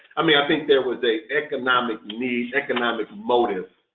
i mean i think there was a economic need, economic motive,